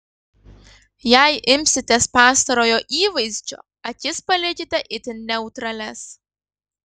jei imsitės pastarojo įvaizdžio akis palikite itin neutralias